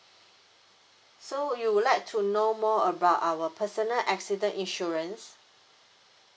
so you would like to know more about our personal accident insurance